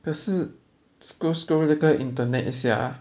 可是 scroll scroll mandarin>那个:na ge internet 也是 ya